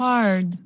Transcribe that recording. Hard